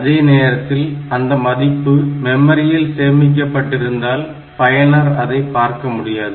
அதே நேரத்தில் அந்த மதிப்பு மெமரியில் சேமிக்கப்பட்பட்டிருந்தால் பயனர் அதை பார்க்க முடியாது